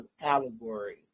allegory